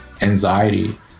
anxiety